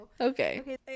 Okay